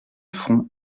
front